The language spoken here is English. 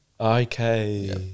Okay